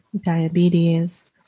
diabetes